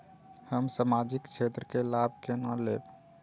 हम सामाजिक क्षेत्र के लाभ केना लैब?